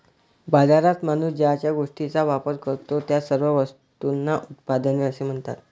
बाजारात माणूस ज्या गोष्टींचा वापर करतो, त्या सर्व वस्तूंना उत्पादने असे म्हणतात